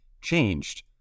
changed